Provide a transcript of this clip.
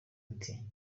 ati